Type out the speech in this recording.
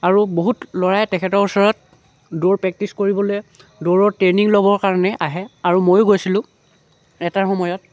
আৰু বহুত ল'ৰাই তেখেতৰ ওচৰত দৌৰ প্ৰেক্টিচ কৰিবলৈ দৌৰৰ ট্ৰেইনিং ল'বৰ কাৰণে আহে আৰু ময়ো গৈছিলোঁ এটা সময়ত